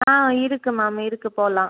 ஆ இருக்குது மேம் இருக்குது போகலாம்